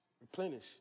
replenish